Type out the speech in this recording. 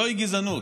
זוהי גזענות,